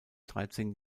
dreizehn